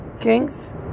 kings